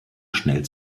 schnell